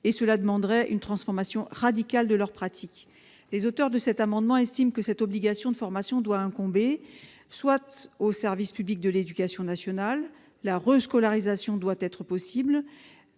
cela demanderait une transformation radicale de leurs pratiques. Les auteurs de cet amendement estiment que cette obligation de formation doit incomber soit au service public de l'éducation nationale, car il faut permettre la